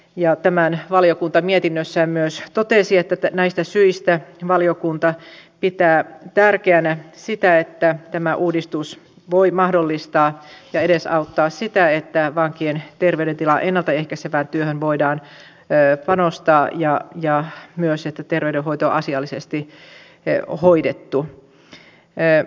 ja valiokunta mietinnössään myös totesi että näistä syistä valiokunta pitää tärkeänä sitä että tämä uudistus voi mahdollistaa ja edesauttaa sitä että vankien terveydentilan ennalta ehkäisevään työhön voidaan panostaa ja myös että terveydenhoito on asiallisesti hoidettu